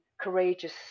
courageous